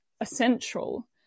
essential